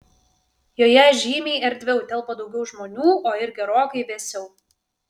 joje žymiai erdviau telpa daugiau žmonių o ir gerokai vėsiau